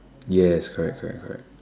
yes correct correct correct